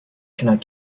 cannot